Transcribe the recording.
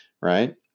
right